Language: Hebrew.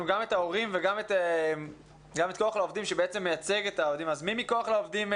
אבל עד היום הן לא הונחו באופן רשמי על שולחן הוועדה לאישור.